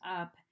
up